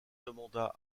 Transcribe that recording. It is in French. demanda